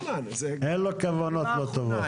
אין לו כוונות לא טובות.